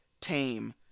tame